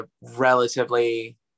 relatively